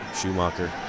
Schumacher